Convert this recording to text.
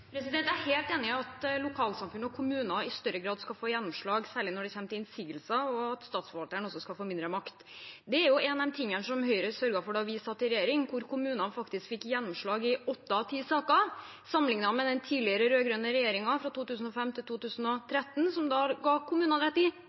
helt enig i at lokalsamfunn og kommuner i større grad skal få gjennomslag, særlig når det gjelder innsigelser, og at statsforvalteren skal få mindre makt. Det er en av de tingene Høyre sørget for da vi satt i regjering, hvor kommunene faktisk fikk gjennomslag i åtte av ti saker. Til sammenligning ga den tidligere rød-grønne regjeringen, fra 2005 til 2013, kommunene rett i